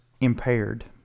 impaired